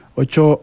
ocho